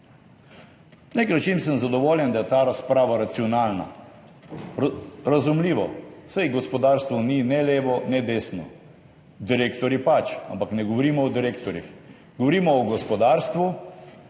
nek način sem zadovoljen, da je ta razprava racionalna. Razumljivo, saj gospodarstvo ni ne levo ne desno, direktorji pač, ampak ne govorimo o direktorjih, govorimo o gospodarstvu.